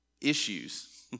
issues